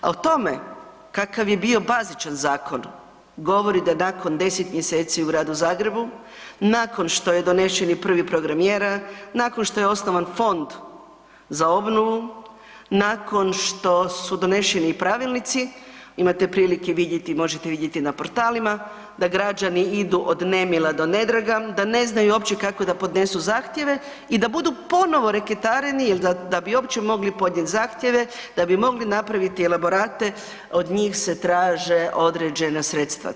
A o tome kakav je bio bazičan zakon, govori da nakon 10 mj. u gradu Zagrebu, nakon što je donesen prvi program mjera, nakon što je osnovan Fond za obnovu, nakon što su doneseni pravilnici, imate prilike vidjeti i možete vidjeti na portalima da građani idu od nemila do nedraga, da ne znaju uopće kako da podnesu zahtjeve i da budu ponovno reketareni ili da bi uopće mogli podnijet zahtjeve, da bi mogli napraviti elaborate, od njih se traže određena sredstva.